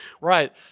right